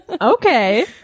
Okay